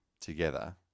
together